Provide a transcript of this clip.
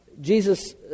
Jesus